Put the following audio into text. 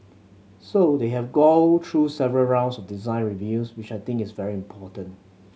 so they have go through several rounds of design reviews which I think is very important